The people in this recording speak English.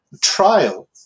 trial